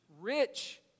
rich